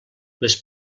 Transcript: les